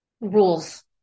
rules